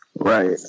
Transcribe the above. Right